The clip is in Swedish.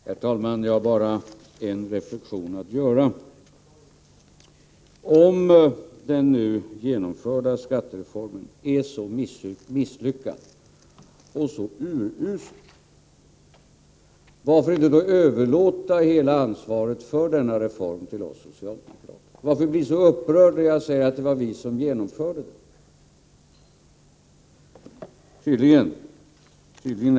Herr talman! Jag har bara en reflexion att göra. Om den nu genomförda skattereformen är så misslyckad och så urusel, varför inte då överlåta hela ansvaret för denna reform till oss socialdemokrater! Varför bli så upprörd, när jag säger att det var vi som genomförde den?